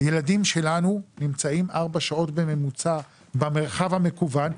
ילדים שלנו נמצאים ארבע שעות בממוצע במרחב המקוון,